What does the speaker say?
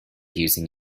using